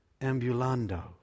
ambulando